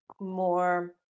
more